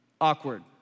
Awkward